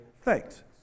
thanks